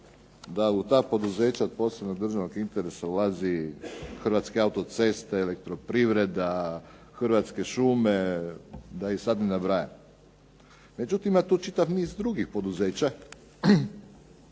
da u ta poduzeća od posebnog državnog interesa ulazi Hrvatske autoceste, Elektroprivreda, Hrvatske šume, da ih sada ne nabrajam. Međutim, ima tu čitav niz drugih poduzeća